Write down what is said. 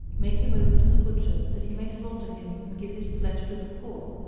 make him over to the butcher that he may slaughter him and give his flesh to the poor,